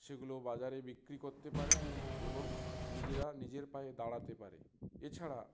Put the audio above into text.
সেগুলো বাজারে বিক্রি করতে পারে এবং নিজেরা নিজের পায়ে দাঁড়াতে পারে এছাড়া